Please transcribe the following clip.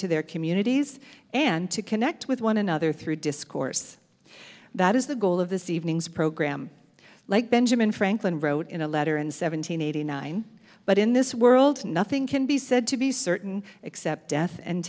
to their communities and to connect with one another through discourse that is the goal of this evening's program like benjamin franklin wrote in a letter and seven hundred eighty nine but in this world nothing can be said to be certain except death and